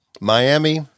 Miami